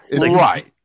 Right